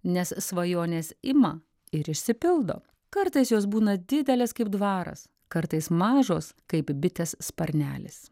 nes svajonės ima ir išsipildo kartais jos būna didelės kaip dvaras kartais mažos kaip bitės sparnelis